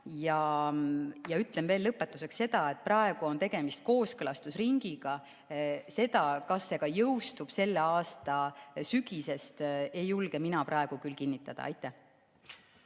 Ütlen veel lõpetuseks seda, et praegu on tegemist kooskõlastusringiga. Seda, kas see ka jõustub selle aasta sügisest, ei julge mina praegu küll kinnitada. Aitäh!